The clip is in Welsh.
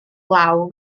glaw